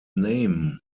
name